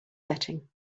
setting